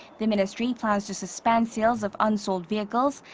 the ministry plans to suspend sales of unsold vehicles.